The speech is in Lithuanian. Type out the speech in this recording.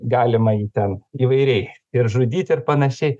galima jį ten įvairiai ir žudyt ir panašiai